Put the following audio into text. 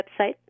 website